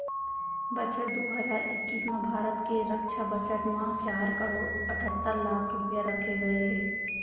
बछर दू हजार इक्कीस म भारत के रक्छा बजट म चार करोड़ अठत्तर लाख रूपया रखे गए हे